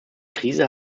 krise